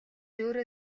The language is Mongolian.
өөрөө